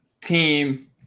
team